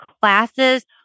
classes